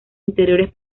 interiores